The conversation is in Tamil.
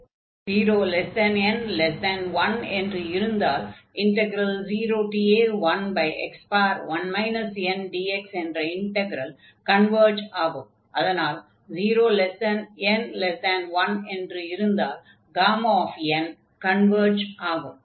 0n1என்று இருந்தால் 0 a1x1 ndx என்ற இண்டக்ரல் கன்வர்ஜ் ஆகும் அதனால் 0n1 என்று இருந்தால் n கன்வர்ஜ் ஆகும்